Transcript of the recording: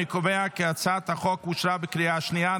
אני קובע כי הצעת החוק אושרה בקריאה השנייה.